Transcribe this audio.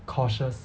cautious